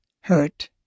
hurt